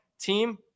team